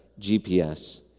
GPS